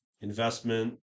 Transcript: investment